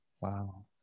wow